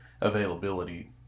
availability